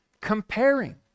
comparing